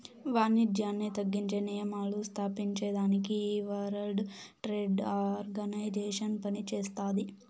వానిజ్యాన్ని తగ్గించే నియమాలు స్తాపించేదానికి ఈ వరల్డ్ ట్రేడ్ ఆర్గనైజేషన్ పనిచేస్తాది